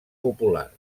popular